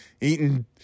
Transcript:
eating